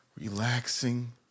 relaxing